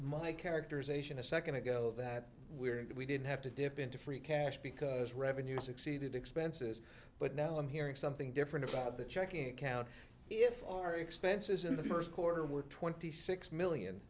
my characterization a second ago that we're in that we didn't have to dip into free cash because revenues exceeded expenses but now i'm hearing something different about the checking account if our expenses in the first quarter were twenty six million